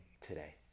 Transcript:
today